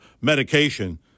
medication